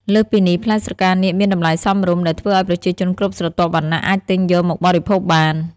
លើសពីនេះ ផ្លែស្រកានាគមានតម្លៃសមរម្យ ដែលធ្វើឱ្យប្រជាជនគ្រប់ស្រទាប់វណ្ណៈអាចទិញយកមកបរិភោគបាន។